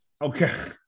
Okay